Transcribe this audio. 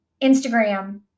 instagram